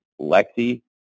Lexi